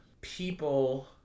people